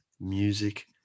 music